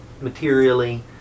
materially